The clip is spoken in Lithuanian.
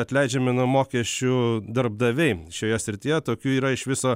atleidžiami nuo mokesčių darbdaviai šioje srityje tokių yra iš viso